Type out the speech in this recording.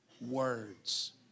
words